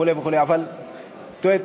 וכו' וכו'.